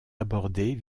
abordés